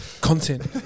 Content